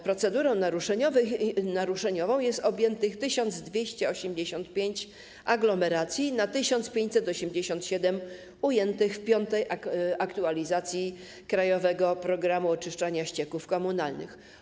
Procedurą naruszeniową jest objętych 1285 aglomeracji na 1587 ujętych w piątej aktualizacji ˝Krajowego programu oczyszczania ścieków komunalnych˝